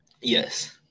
Yes